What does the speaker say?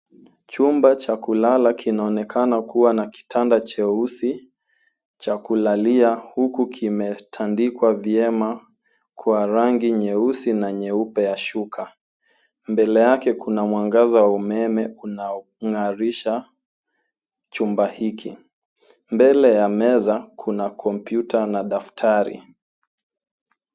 Chumba cha kulala kinaonekana kuwa na kitanda cheusi cha kulalia huku kimetandikwa vyema kwa rangi nyeusi na nyeupe ya shuka. Mbele yake kuna mwangaza wa umeme unaong'aisha chumba hiki. Mbele ya meza kuna kompyuta na daftari.